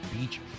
Beach